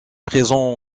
présent